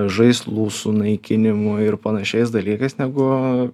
žaislų su naikinimu ir panašiais dalykais negu